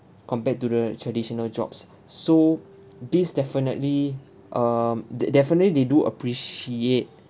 compared to the traditional jobs so this definitely um de~ definitely they do appreciate